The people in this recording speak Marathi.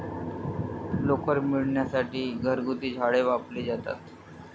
लोकर मिळविण्यासाठी घरगुती झाडे वापरली जातात